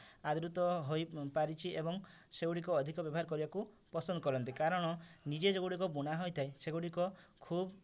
ଆଦୃତ ହୋଇପାରିଛି ଏବଂ ସେଗୁଡ଼ିକ ଅଧିକ ବ୍ୟବହାର କରିବାକୁ ପସନ୍ଦ କରନ୍ତି କାରଣ ନିଜେ ସେଗୁଡ଼ିକ ବୁଣା ହୋଇଥାଏ ସେଗୁଡ଼ିକ ଖୁବ